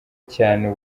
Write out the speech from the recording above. cyane